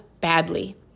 badly